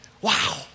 Wow